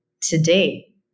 today